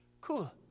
Cool